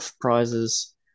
prizes